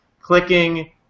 clicking